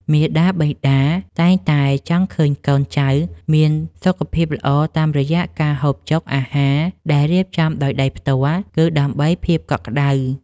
មាតាបិតាតែងតែចង់ឃើញកូនចៅមានសុខភាពល្អតាមរយៈការហូបចុកអាហារដែលរៀបចំដោយដៃផ្ទាល់ គឺ ដើម្បីភាពកក់ក្ដៅ។